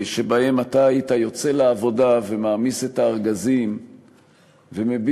שבהם היית יוצא לעבודה ומעמיס את הארגזים ומביט,